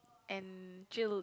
and chill